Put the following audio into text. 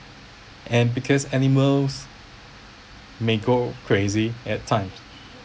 and because animals may go crazy at times